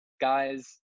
guys